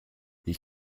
you